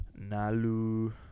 Nalu